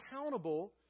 accountable